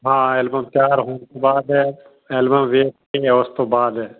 ਹਾਂ ਐਲਬਮ ਤਿਆਰ ਹੋਣ ਤੋਂ ਬਾਅਦ ਐਲਬਮ ਵੇਖ ਕੇ ਉਸ ਤੋਂ ਬਾਅਦ